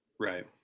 right